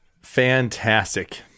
Fantastic